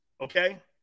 Okay